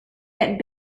get